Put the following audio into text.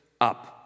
up